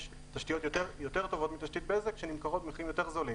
יש תשתיות יותר טובות מתשתית בזק שנמכרות במחירים יותר זולים.